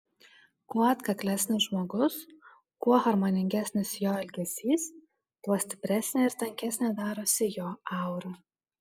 kuo atkaklesnis žmogus kuo harmoningesnis jo elgesys tuo stipresnė ir tankesnė darosi jo aura